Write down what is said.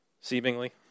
seemingly